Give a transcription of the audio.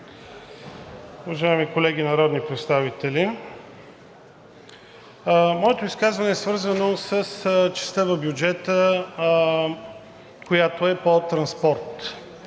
Моето изказване е свързано с частта в бюджета, която е по транспорт.